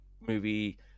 movie